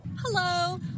Hello